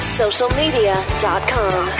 socialmedia.com